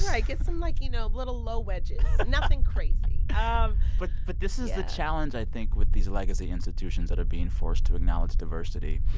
right. get some like, you know, little, low wedges. nothing crazy. yeah um but but this is the challenge, i think, with these legacy institutions that are being forced to acknowledge diversity.